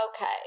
Okay